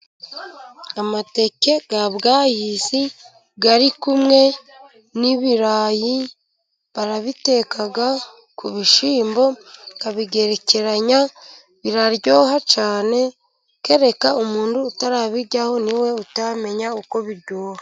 Amateke ya bwayisi ari kumwe n'ibirayi barabiteka ku bishyimbo, bakabigerekeranya, biraryoha cyane, kereka umuntu utarabiryaho, ni we utamenya uko biryoha.